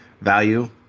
value